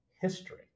history